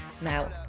now